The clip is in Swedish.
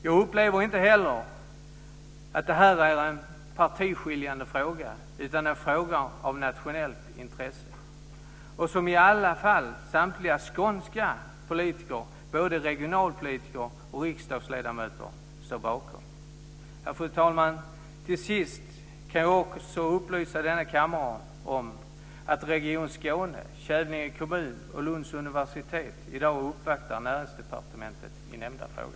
Jag upplever inte heller att detta är en partiskiljande fråga utan en fråga av nationellt intresse, som i alla fall samtliga skånska politiker - både regionalpolitiker och riksdagsledamöter - står bakom. Fru talman! Till sist kan jag också upplysa denna kammare om att Region Skåne, Kävlinge kommun och Lunds universitet i dag uppvaktar Näringsdepartementet i nämnda fråga.